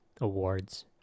awards